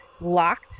locked